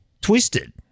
twisted